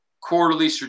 quarterly